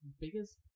biggest